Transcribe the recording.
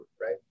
right